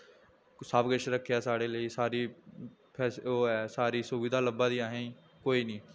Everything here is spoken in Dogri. सब किश रक्खेआ साढ़े लेई साढ़ी फै ओह् ऐ सारी सुविधा लब्भा दी असें गी कोई नी